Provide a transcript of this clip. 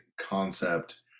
concept